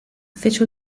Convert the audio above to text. fece